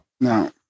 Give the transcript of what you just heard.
No